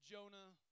Jonah